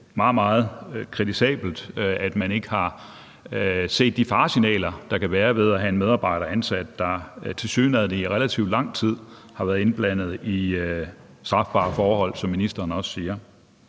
meget, meget kritisabelt, at man ikke har set de faresignaler, der kan være, ved at have en medarbejder ansat, der tilsyneladende i relativt lang tid har været indblandet i strafbare forhold, hvad ministeren også siger.